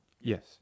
Yes